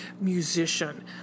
musician